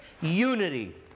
unity